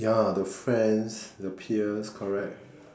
ya the friends the peers correct